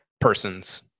persons